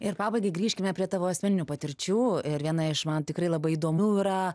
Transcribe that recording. ir pabaigai grįžkime prie tavo asmeninių patirčių ir viena iš man tikrai labai įdomių yra